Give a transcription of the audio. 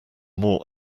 more